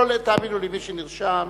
תאמינו לי שהכול עולה, מי שנרשם.